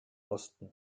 osten